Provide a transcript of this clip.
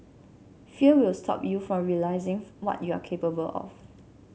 fear will stop you from realising what you are capable of